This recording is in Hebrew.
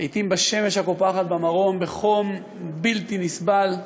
לעתים בשמש הקופחת ממרום בחום בלתי נסבל,